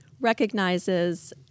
recognizes